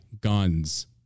guns